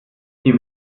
die